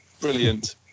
Brilliant